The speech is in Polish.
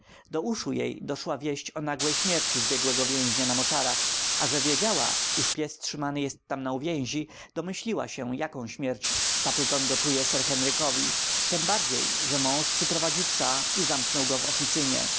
do uszu jej doszła wieść o nagłej śmierci zbiegłego więźnia na moczarach a że wiedziała iż pies trzymany jest tam na uwięzi domyśliła się jaką śmierć stapleton gotuje sir henrykowi tembardziej gdy mąż przyprowadził psa i zamknął go w oficynie